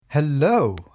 Hello